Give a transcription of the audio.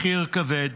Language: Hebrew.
מחיר כבד,